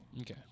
Okay